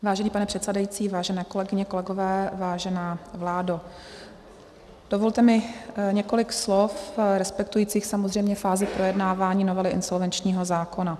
Vážený pane předsedající, vážené kolegyně, kolegové, vážená vládo, dovolte mi několik slov respektujících samozřejmě fázi projednávání novely insolvenčního zákona.